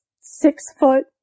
six-foot